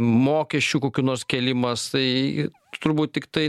mokesčių kokių nors kėlimas tai turbūt tiktai